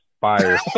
fire